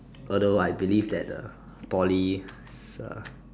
although I believe that a Poly is uh